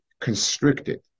constricted